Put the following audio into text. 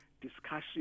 discussion